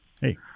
Hey